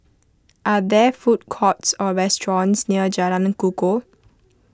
are there food courts or restaurants near Jalan Kukoh